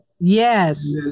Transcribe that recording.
Yes